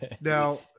Now